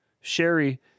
Sherry